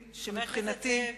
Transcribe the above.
שמבחינתי,